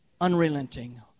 unrelenting